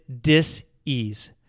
dis-ease